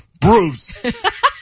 Bruce